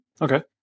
Okay